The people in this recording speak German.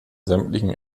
sämtlichen